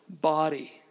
body